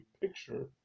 picture